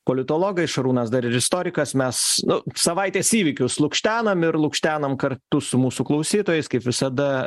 politologai šarūnas dar ir istorikas mes nu savaitės įvykius lukštenam ir lukštenam kartu su mūsų klausytojais kaip visada